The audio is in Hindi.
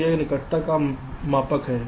तो यह निकटता का मापक है